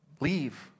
leave